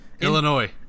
Illinois